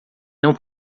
não